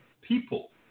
people